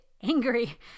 angry